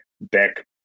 back